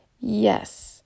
yes